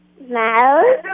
No